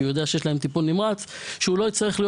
כי הוא יודע שיש להם טיפול נמרץ הוא לא יצטרך להיות